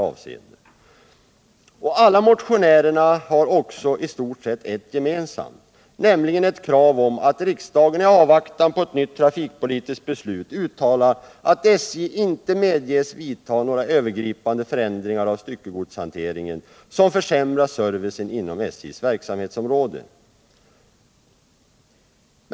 Alla motionärerna har också i stort sett ett gemensamt, nämligen ett krav på att riksdagen i avvaktan på ett nytt trafikpolitiskt beslut uttalar att SJ inte medges vidta några övergripande förändringar av styckegodshanteringen som försämrar servicen inom SJ:s verksamhetsområde.